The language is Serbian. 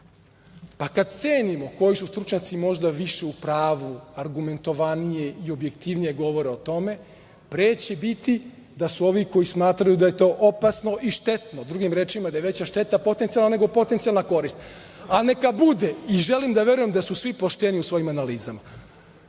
Kada cenimo koji su stručnjaci možda više u pravu, argumentovanije i objektivnije govore o tome, pre će biti da su ovi koji smatraju da je to opasno i štetno. Drugim rečima, da je veća šteta potencijalna, nego potencijalna korist, ali neka bude i želim da verujem da su svi pošteni u svojim analizama. Sama